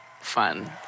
fun